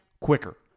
quicker